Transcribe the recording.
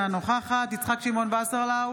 אינה נוכחת יצחק שמעון וסרלאוף,